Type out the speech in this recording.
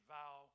vow